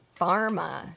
pharma